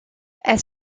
elle